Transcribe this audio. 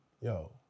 yo